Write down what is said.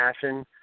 passion